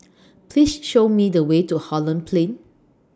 Please Show Me The Way to Holland Plain